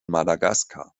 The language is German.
madagaskar